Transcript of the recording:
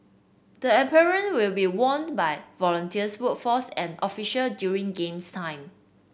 the apparel will be worn by volunteers workforce and official during games time